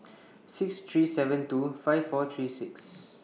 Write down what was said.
six three seven two five four three six